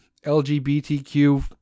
LGBTQ